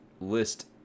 list